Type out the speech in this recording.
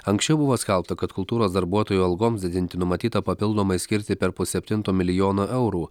anksčiau buvo skelbta kad kultūros darbuotojų algoms didinti numatyta papildomai skirti per pusseptinto milijono eurų